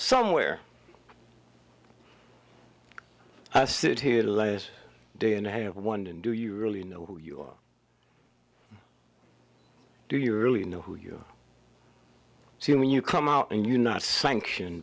somewhere i sit here the last day and i have won in do you really know who you are do you really know who you see when you come out and you not sanction